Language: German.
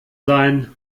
sein